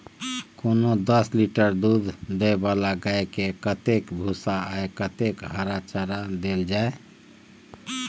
कोनो दस लीटर दूध दै वाला गाय के कतेक भूसा आ कतेक हरा चारा देल जाय?